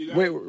Wait